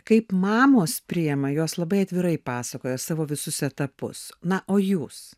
kaip mamos priima jos labai atvirai pasakoja savo visus etapus na o jūs